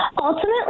Ultimately